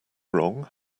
wrong